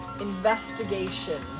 investigation